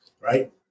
right